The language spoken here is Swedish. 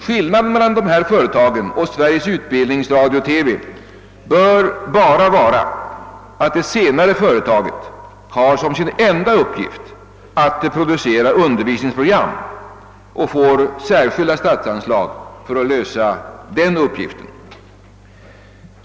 Skillnaden mellan dessa företag och Sveriges Utbildningsradio-TV bör bara vara, att det senare företaget har som sin enda uppgift att producera undervisningsprogram och får särskilda statsanslag för att lösa den uppgiften.